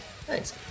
Thanks